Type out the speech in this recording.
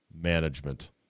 Management